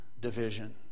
division